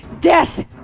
death